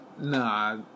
Nah